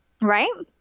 Right